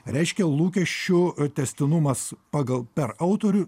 reiškia lūkesčių tęstinumas pagal per autorių